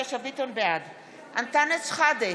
בעד אנטאנס שחאדה,